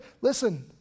Listen